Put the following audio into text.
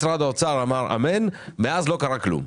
משרד האוצר אמר אמן ומאז לא קרה כלום.